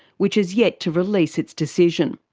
which is yet to release its decision.